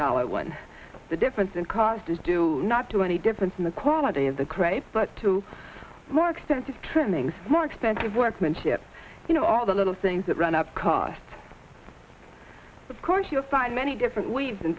dollar one the difference in cost is do not do any difference in the quality of the grapes but two more expensive trimmings more expensive workmanship you know all the little things that run up cost of course you'll find many different waves and